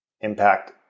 impact